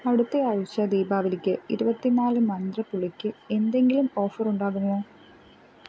അടുത്ത ആഴ്ച്ച ദീപാവലിക്ക് ഇരുപത്തി നാല് മന്ത്ര പുളിക്ക് എന്തെങ്കിലും ഓഫറുണ്ടാകുമോ